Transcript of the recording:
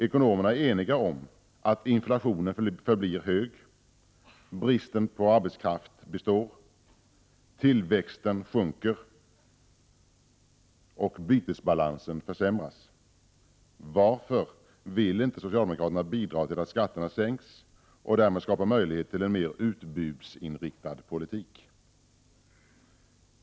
Ekonomerna är eniga om att inflationen förblir hög, att bristen på arbetskraft består, att tillväxten sjunker och att bytesbalansen försämras. Varför vill inte socialdemokraterna bidra till att skatterna sänks och därmed skapa möjlighet till en mer utbudsinriktad politik?